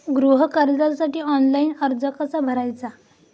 गृह कर्जासाठी ऑनलाइन अर्ज कसा भरायचा?